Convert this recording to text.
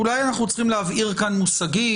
אולי אנחנו צריכים להבהיר כאן מושגים,